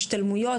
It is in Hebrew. השתלמויות.